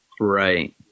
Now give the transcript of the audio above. Right